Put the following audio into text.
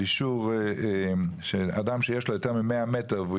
של אישור שאדם שיש לו יותר מ-100 מטר והוא